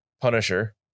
Punisher